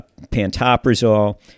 Pantoprazole